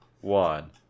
one